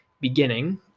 Beginning